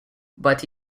but